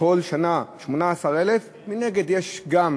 בכל שנה, 18,000. מנגד, יש גם